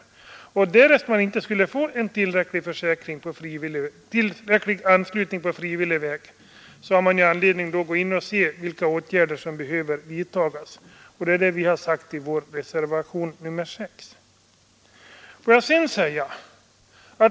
Därest man inte skulle få tillräcklig anslutning på frivillig väg har man därför anledning att gå in och undersöka vilka åtgärder som behöver vidtagas. Det är det vi har sagt i vår reservation nr VI.